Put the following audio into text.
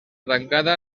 tancada